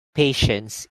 patience